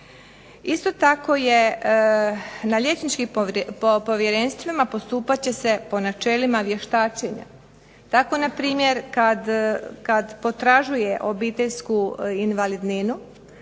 Isto tako na liječničkim povjerenstvima postupat će se po načelima vještačenja. Tako npr. kada potražuje obiteljsku invalidninu,